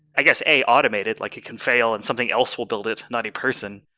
i guess, a automated, like it can fail and something else will build it, not a person.